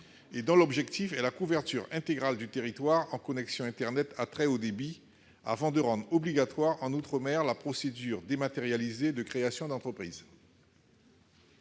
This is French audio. dont l'objectif est la couverture intégrale du territoire en connexion internet à très haut débit, avant de rendre obligatoire en outre-mer la procédure dématérialisée de création d'entreprise.